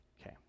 Okay